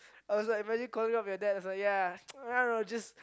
I was like imagine calling up your dad it's like ya I don't know just